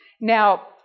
Now